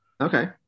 okay